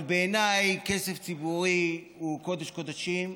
אבל בעיניי כסף ציבורי הוא קודש-קודשים.